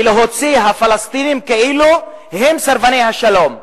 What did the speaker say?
ולהוציא את הפלסטינים כאילו הם סרבני השלום.